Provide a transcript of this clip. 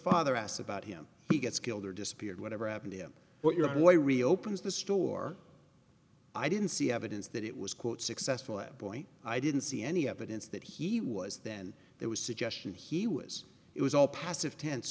father asks about him he gets killed or disappeared whatever happened you know what your boy reopens the store i didn't see evidence that it was quote successful at point i didn't see any evidence that he was then there was suggestion he was it was all passive tense